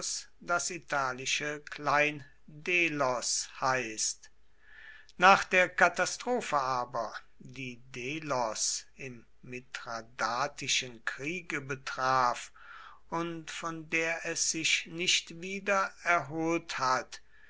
das italische klein delos heißt nach der katastrophe aber die delos im mithradatischen kriege betraf und von der es sich nicht wieder erholt hat